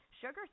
sugar